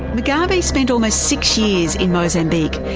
mugabe spent almost six years in mozambique,